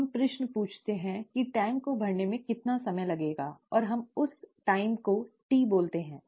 अब हम प्रश्न पूछते हैं कि टैंक को भरने में कितना समय लगेगा और हम उस समय को t बोलते हैं